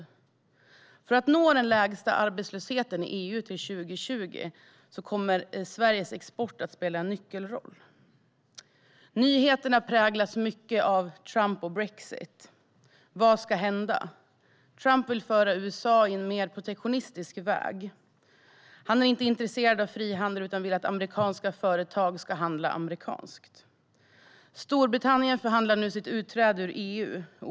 När det gäller att nå den lägsta arbetslösheten i EU till 2020 spelar Sveriges export en nyckelroll. Nyheterna präglas mycket av Trump och brexit. Vad ska hända? Trump vill föra in USA på en mer protektionistisk väg. Han är inte intresserad av frihandel utan vill att amerikanska företag ska handla amerikanskt. Storbritannien förhandlar nu om sitt utträde ur EU.